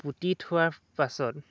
পুতি থোৱাৰ পাছত